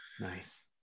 Nice